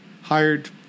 Hired